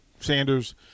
Sanders